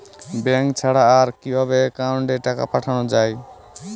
Bank ছাড়া আর কিভাবে একাউন্টে টাকা পাঠানো য়ায়?